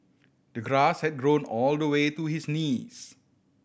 the grass had grown all the way to his knees